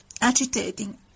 agitating